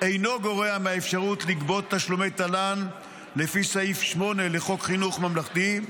אינו גורע מהאפשרות לגבות תשלומי תל"ן לפי סעיף 8 לחוק חינוך ממלכתי,